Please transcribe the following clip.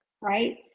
Right